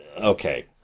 okay